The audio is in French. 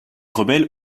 rebelles